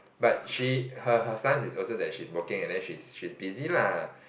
but she her her stance is also that she's working and then she's she's busy lah